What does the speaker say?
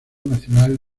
nacional